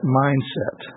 mindset